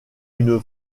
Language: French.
une